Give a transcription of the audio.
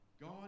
God